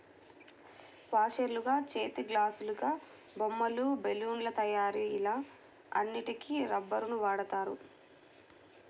వాషర్లుగా, చేతిగ్లాసులాగా, బొమ్మలు, బెలూన్ల తయారీ ఇలా అన్నిటికి రబ్బరుని వాడుతారు